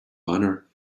honor